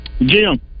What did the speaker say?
Jim